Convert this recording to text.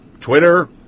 Twitter